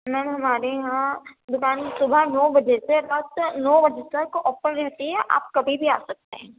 میم ہمارے یہاں دُکان صُبح نو بجے سے رات کے نو بجے تک اوپن رہتی ہے آپ کبھی بھی آ سکتے ہیں